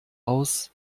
aus